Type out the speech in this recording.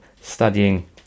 studying